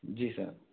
जी sir